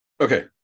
Okay